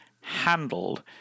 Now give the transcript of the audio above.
handled